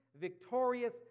victorious